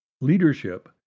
Leadership